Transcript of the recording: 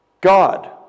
God